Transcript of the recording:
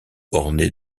ornés